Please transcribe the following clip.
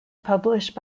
published